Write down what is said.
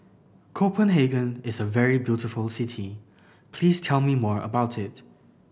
Copenhagen is a very beautiful city please tell me more about it